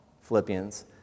Philippians